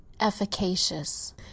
efficacious